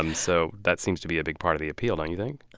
um so that seems to be a big part of the appeal, don't you think?